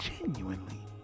genuinely